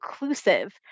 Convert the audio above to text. inclusive